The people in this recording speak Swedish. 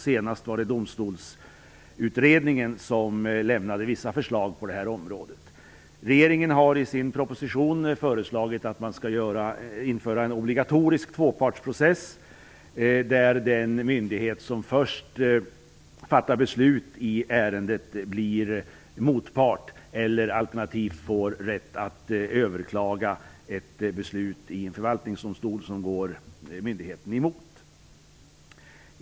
Senast lämnade Domstolsutredningen vissa förslag på det här området. Regeringen har i sin proposition föreslagit att man skall införa en obligatorisk tvåpartsprocess, där den myndighet som först fattar beslut i ärendet blir motpart alternativt får rätt att överklaga ett beslut i en förvaltningsdomstol som går myndigheten emot.